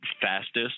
fastest